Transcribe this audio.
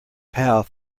pal